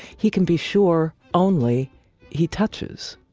he can be sure only he touches.